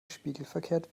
spiegelverkehrt